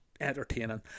entertaining